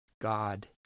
God